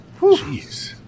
Jeez